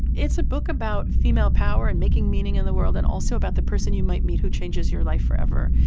it's a book about female power and making meaning in the world and also about the person you might meet who changes your life forever.